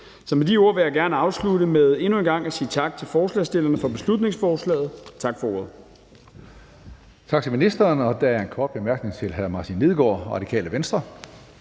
med de ord vil jeg gerne afslutte med endnu en gang at sige tak til forslagsstillerne for beslutningsforslaget. Tak for ordet.